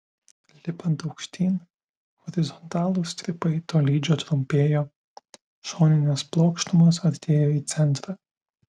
lipant aukštyn horizontalūs strypai tolydžio trumpėjo šoninės plokštumos artėjo į centrą